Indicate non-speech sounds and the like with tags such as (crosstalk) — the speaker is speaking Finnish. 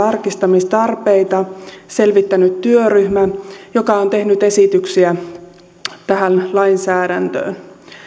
(unintelligible) tarkistamistarpeita selvittänyt työryhmä joka on tehnyt esityksiä tähän lainsäädäntöön